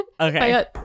okay